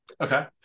Okay